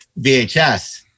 VHS